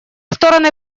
стороны